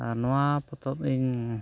ᱟᱨ ᱱᱚᱣᱟ ᱯᱚᱛᱚᱵᱽ ᱤᱧ